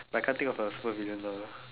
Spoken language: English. but I can't think of a supervillain now